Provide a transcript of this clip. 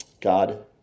God